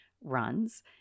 runs